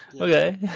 Okay